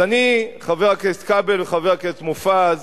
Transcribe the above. אז אני, חבר הכנסת כבל וחבר הכנסת מופז,